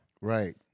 Right